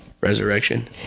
resurrection